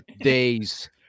days